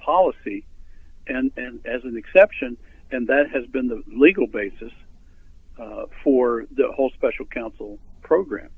policy and then as an exception and that has been the legal basis for the whole special counsel program